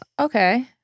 Okay